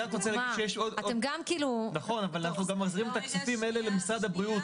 אני רק רוצה להגיד שאנחנו גם מחזירים את הכספים האלה למשרד הבריאות,